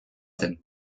zen